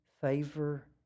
favor